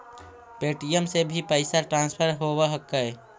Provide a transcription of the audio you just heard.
Paytm से भी पैसा ट्रांसफर होवहकै?